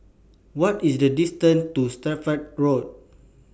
What IS The distance to Suffolk Road